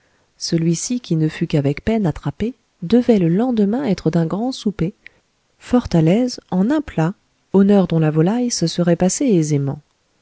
celui-ci qui ne fut qu'avec peine attrapé devait le lendemain être d'un grand soupé fort à l'aise en un plat honneur dont la volaille se serait passée aisément